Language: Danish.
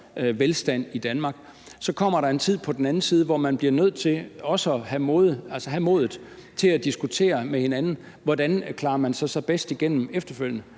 velstand i Danmark, så kommer der en tid på den anden side, hvor man bliver nødt til også at have modet til at diskutere med hinanden, hvordan man så klarer sig bedst igennem efterfølgende